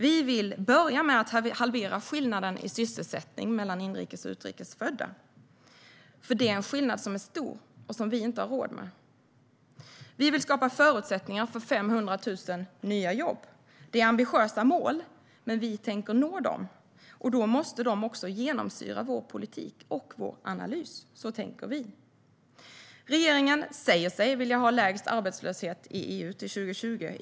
Vi vill börja med att halvera skillnaden i sysselsättning mellan inrikes och utrikes födda, för det är en skillnad som är stor och som vi inte har råd med. Vi vill skapa förutsättningar för 500 000 nya jobb. Det är ambitiösa mål, men vi tänker nå dem, och då måste de också genomsyra vår politik och vår analys. Så tänker vi. Regeringen säger sig vilja ha lägst arbetslöshet i EU till 2020.